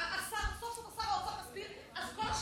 שר האוצר, תסביר, אז כל השקרים,